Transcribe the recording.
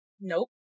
nope